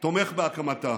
תומך בהקמתה?